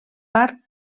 part